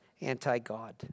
anti-God